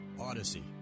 Odyssey